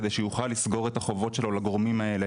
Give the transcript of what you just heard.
כדי שיוכל לסגור את החובות שלו לגורמים האלה,